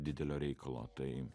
didelio reikalo tai